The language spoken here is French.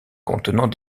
contenant